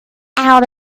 out